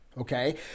okay